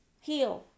heal